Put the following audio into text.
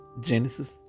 Genesis